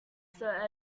sir